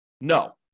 No